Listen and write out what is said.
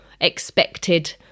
expected